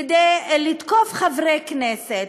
כדי לתקוף חברי כנסת,